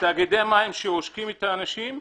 שעושקים את האנשים,